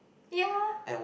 ya